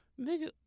Nigga